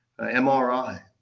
MRI